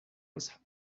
als